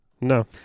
No